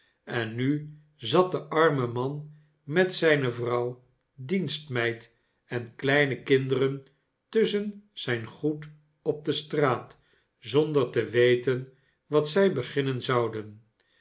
en nu zat de arme man met zijne vrouw dienstmeid en meine kinderen tusschen zijn goed op de straat zonder te weten wat zij beginnen zouden